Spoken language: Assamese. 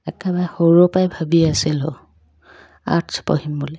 একেবাৰে সৰুৰেপৰাই ভাবি আছিল আৰ্টছ পঢ়িম বুলি